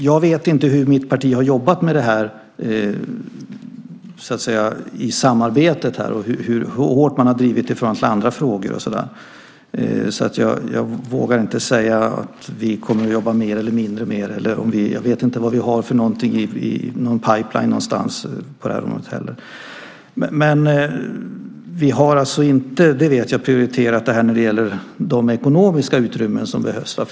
Jag vet inte hur mitt parti har jobbat med det här i samarbetet och hur hårt man har drivit det i förhållande till andra frågor. Jag vågar inte säga att vi kommer att jobba mer eller mindre med det. Jag vet inte vad vi har för något i en pipeline någonstans på det här området. Men jag vet att vi inte har prioriterat det här när det gäller de ekonomiska utrymmen som behövs.